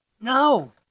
No